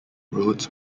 rhodes